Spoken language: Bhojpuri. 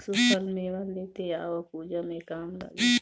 सुखल मेवा लेते आव पूजा में काम लागी